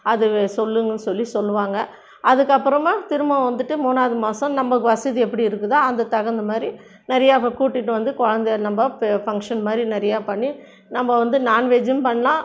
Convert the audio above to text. அது சொல்லுணும்னு சொல்லி சொல்லுவாங்கள் அதுக்கப்பறமாக திரும்பவும் வந்துட்டு மூணாவது மாதம் நம்ம வசதி எப்படி இருக்குதோ அதுக்கு தகுந்தமாதிரி நிறையா இப்போ கூட்டிகிட்டு வந்து குழந்தைய நம்ம பே ஃபங்க்ஷன் மாதிரி நிறையா பண்ணி நம்ம வந்து நாண்வெஜ்ஜும் பண்ணலாம்